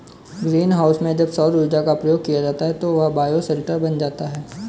green house में जब सौर ऊर्जा का प्रयोग किया जाता है तो वह बायोशेल्टर बन जाता है